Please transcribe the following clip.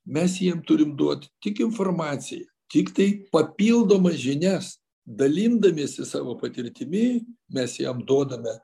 mes jiem turim duot tik informaciją tiktai papildomas žinias dalindamiesi savo patirtimi mes jam duodame